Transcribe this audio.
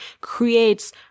creates